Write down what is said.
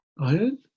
Iron